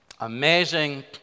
amazing